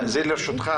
זה לרשותך,